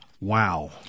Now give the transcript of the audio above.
Wow